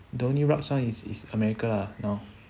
the only rabz one is is america lah now